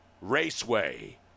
Raceway